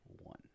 one